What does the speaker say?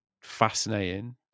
fascinating